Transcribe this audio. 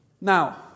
Now